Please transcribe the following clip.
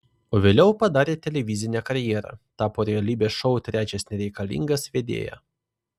o vėliau padarė televizinę karjerą tapo realybės šou trečias nereikalingas vedėja